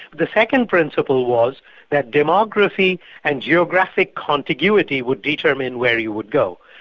the second principle was that demography and geographic congruity would determine where you would go.